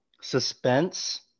suspense